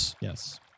Yes